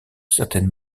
certaines